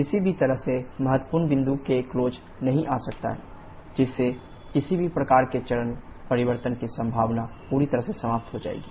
किसी भी तरह से महत्वपूर्ण बिंदु के क्लोज़ नहीं आ सकता है जिससे किसी भी प्रकार के चरण परिवर्तन की संभावना पूरी तरह से समाप्त हो जाएगी